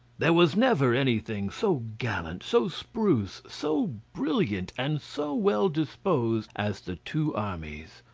there was never anything so gallant, so spruce, so brilliant, and so well disposed as the two armies.